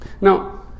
Now